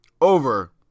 over